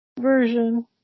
version